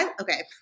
okay